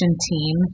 team